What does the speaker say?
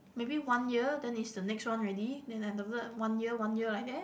maybe one year then is the next one already then after that one year one year like that